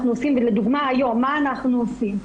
לדוגמה היום מה אנחנו עושים?